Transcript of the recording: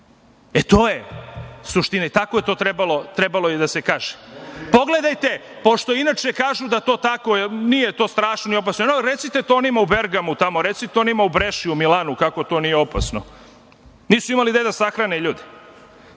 To je suština i tako je to trebalo i da se kaže. Pogledajte, pošto inače kažu da je to tako, nije to strašno i opasno, recite to onima u Bergamu, tamo, recite onima u Brešiju, Milanu kako to nije opasno. Nisu imali gde da sahrane ljude. Kažu